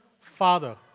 father